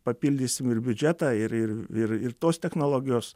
papildysim ir biudžetą ir ir ir tos technologijos